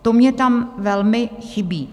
To mně tam velmi chybí.